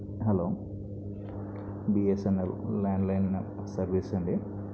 hello B S N L landline సర్వీసా అండి